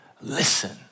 Listen